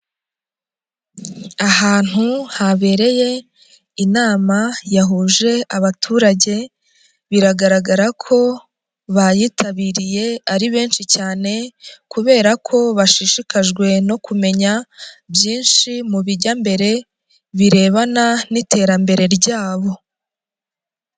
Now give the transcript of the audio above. Ahantu habereye inama yahuje abaturage, biragaragara ko bayitabiriye ari benshi cyane kubera ko bashishikajwe no kumenya byinshi mu bijya mbere birebana n'iterambere ryabo.